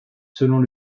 selon